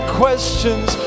questions